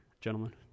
gentlemen